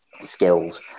skills